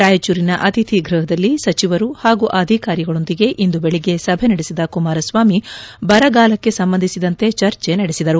ರಾಯಚೂರಿನ ಅತಿಥಿ ಗೃಹದಲ್ಲಿ ಸಚಿವರು ಹಾಗೂ ಅಧಿಕಾರಿಗಳೊಂದಿಗೆ ಇಂದು ಬೆಳಗ್ಗೆ ಸಭೆ ನಡೆಸಿದ ಕುಮಾರಸ್ವಾಮಿ ಬರಗಾಲಕ್ಕೆ ಸಂಬಂಧಿಸಿದಂತೆ ಚರ್ಚೆ ನಡೆಸಿದರು